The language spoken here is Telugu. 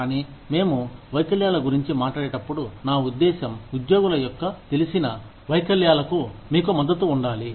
కానీ మేము వైకల్యాల గురించి మాట్లాడేటప్పుడు నా ఉద్దేశం ఉద్యోగుల యొక్క తెలిసిన వైఫల్యాలకు వైకల్యాలకు మీకు మద్దతు ఉండాలి